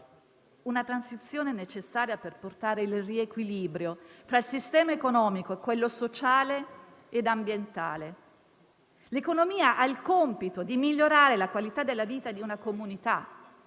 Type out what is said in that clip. una transizione necessaria per portare riequilibrio fra il sistema economico e quello sociale ed ambientale. L'economia ha il compito di migliorare la qualità della vita di una comunità,